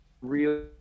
real